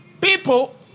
people